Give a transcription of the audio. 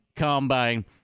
combine